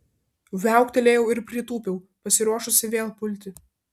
viauktelėjau ir pritūpiau pasiruošusi vėl pulti